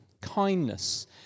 kindness